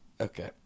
Okay